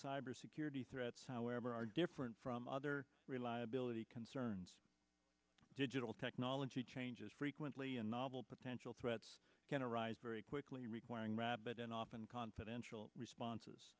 cyber security threats however are different from other reliability concerns digital technology changes frequently and novel potential threats can arise very quickly requiring rapid and often confidential responses